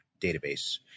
database